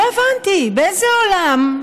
לא הבנתי באיזה עולם,